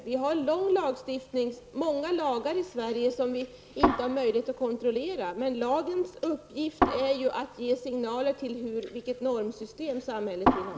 Vi har många lagar i Sverige som vi inte har möjlighet att kontrollera, men lagens uppgift är ju att ge signaler om vilket normsystem vi vill ha i samhället.